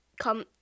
come